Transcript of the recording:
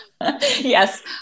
yes